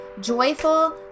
joyful